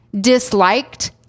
disliked